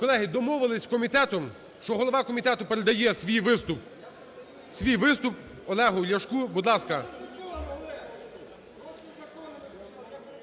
Колеги, домовилися з комітетом, що голова комітету передає свій виступ Олегу Ляшку. Будь ласка,